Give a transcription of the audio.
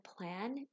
plan